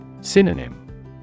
Synonym